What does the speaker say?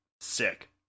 Sick